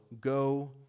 go